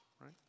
right